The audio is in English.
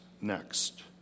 next